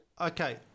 Okay